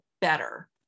better